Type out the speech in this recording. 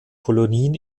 kolonien